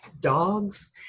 dogs